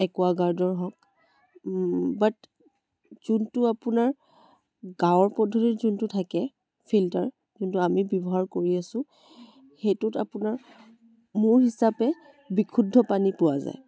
একুৱাগাৰ্ডৰ হওঁক বাট যোনটো আপোনাৰ গাঁৱৰ পদ্ধতিত যোনটো থাকে ফিল্টাৰ যোনটো আমি ব্যৱহাৰ কৰি আছোঁ সেইটোত আপোনাৰ মোৰ হিচাপে বিশুদ্ধ পানী পোৱা যায়